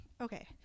okay